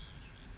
mm